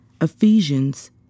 Ephesians